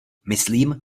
myslím